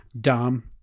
dumb